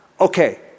Okay